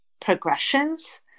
progressions